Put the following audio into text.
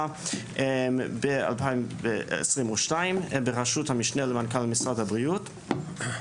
ב-2022 בראשות המשנה למנכ"ל משרד הבריאות.